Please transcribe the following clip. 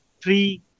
three